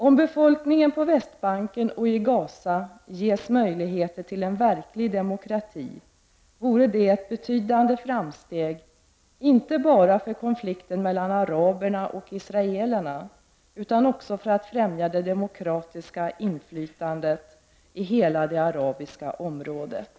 Om befolkningen på Västbanken och i Gaza ges möjligheter till en verklig demokrati vore det betydande framsteg inte bara för konflikten mellan araberna och israelerna utan också för att främja det demokratiska inflytandet i hela det arabiska området.